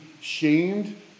shamed